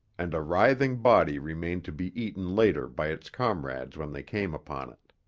and a writhing body remained to be eaten later by its comrades when they came upon it.